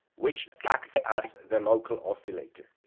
which acts as the local oscillator.